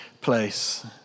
place